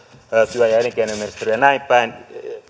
työ ja elinkeinoministeriötä ja näinpäin